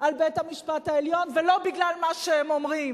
על בית-המשפט העליון, ולא בגלל מה שהם אומרים,